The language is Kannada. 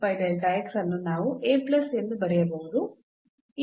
ಈ ಮಿತಿಯ ಮೌಲ್ಯವು ಅಲ್ಲಿ L ಆಗಿತ್ತು